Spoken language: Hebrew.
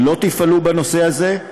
לא תפעלו בנושא הזה,